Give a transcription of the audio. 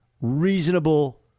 reasonable